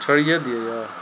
छोड़िये दिअ यौ